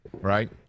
right